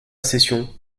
session